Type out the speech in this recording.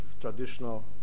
traditional